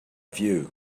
view